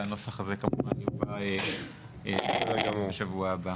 והנוסח הזה כמובן יוקרא בשבוע הבא.